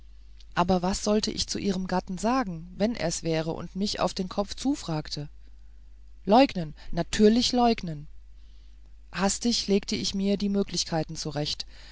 aber was sollte ich zu ihrem gatten sagen wenn er's wäre und mich auf den kopf zu fragte leugnen natürlich leugnen hastig legte ich mir die möglichkeiten zurecht